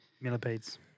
millipedes